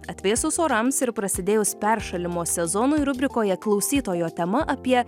atvėsus orams ir prasidėjus peršalimo sezonui rubrikoje klausytojo tema apie